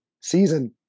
season